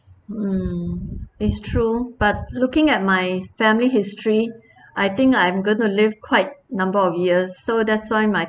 um it's true but looking at my family history I think I'm going to live quite number of years so that's why my